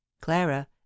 clara